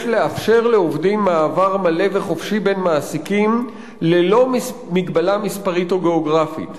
לאפשר לעובדים מעבר מלא וחופשי בין מעסיקים ללא מגבלה מספרית או גיאוגרפית.